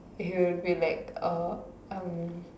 he will be like uh um